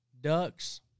ducks